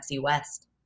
West